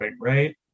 right